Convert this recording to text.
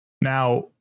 Now